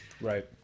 right